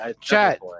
chat